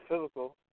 physical